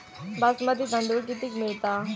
बासमती तांदूळ कितीक मिळता?